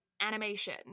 animation